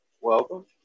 Welcome